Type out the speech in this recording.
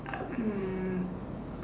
um